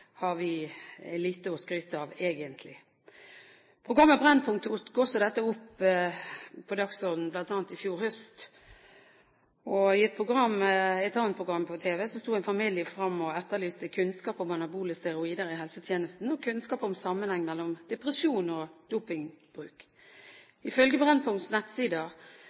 har vi lite å skryte av egentlig. Programmet Brennpunkt satte dette på dagsordenen bl.a. i fjor høst. I et annet program på TV sto en familie fram og etterlyste kunnskap om anabole steroider i helsetjenesten, og kunnskap om sammenheng mellom depresjon og dopingbruk. Ifølge